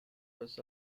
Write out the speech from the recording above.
was